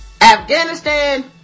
Afghanistan